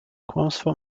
kłamstwo